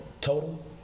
total